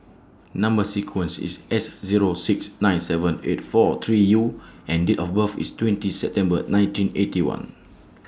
Number sequence IS S Zero six nine seven eight four three U and Date of birth IS twenty September nineteen Eighty One